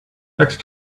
next